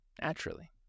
naturally